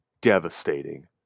devastating